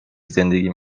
زندگی